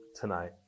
tonight